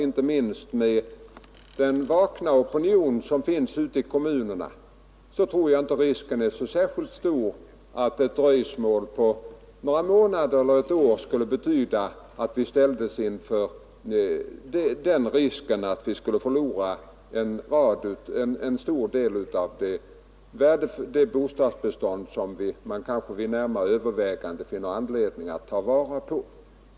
Inte minst med den vakna opinion som finns ute i kommunerna tror jag att risken inte är så särskilt stor att ett dröjsmål på några månader eller ett år skulle betyda att vi förlorade en stor del av det bostadsbestånd som man kanske vid närmare övervägande finner anledning att ta vara på.